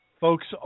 Folks